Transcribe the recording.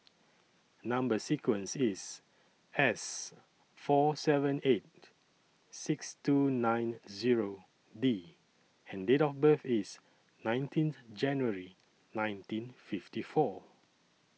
Number sequence IS S four seven eight six two nine Zero D and Date of birth IS nineteen January nineteen fifty four